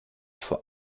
vor